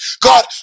God